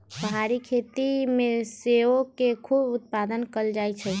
पहारी खेती में सेओ के खूब उत्पादन कएल जाइ छइ